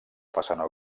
façana